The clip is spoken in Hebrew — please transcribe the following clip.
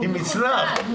הוא מחוסל.